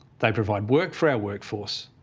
they provide work for our workforce.